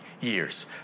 years